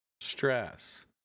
stress